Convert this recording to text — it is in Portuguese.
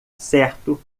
certo